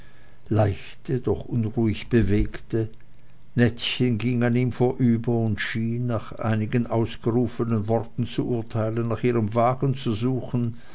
leichte doch unruhig bewegte nettchen ging an ihm vorüber und schien nach einigen ausgerufenen worten zu urteilen nach ihrem wagen zu suchen